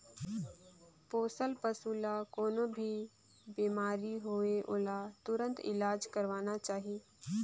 पोसल पसु ल कोनों भी बेमारी होये ओला तुरत इलाज करवाना चाही